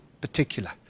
particular